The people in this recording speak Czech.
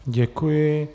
Děkuji.